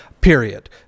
period